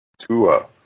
Tua